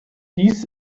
dies